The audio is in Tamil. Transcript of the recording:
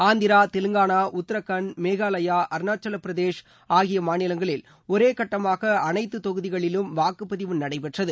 ஆந்திரா தெலங்கானா உத்தராக்காண்ட் மேகாலயா அருணாச்சல பிரதேஷ் ஆகிய மாநிலங்களில் ஒரே கட்டமாக அனைத்து தொகுதிகளிலும் வாக்குப்பதிவு நடைபெற்றது